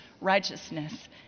righteousness